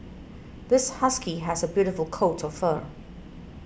this husky has a beautiful coat of fur